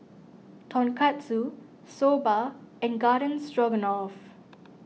Tonkatsu Soba and Garden Stroganoff